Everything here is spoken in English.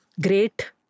great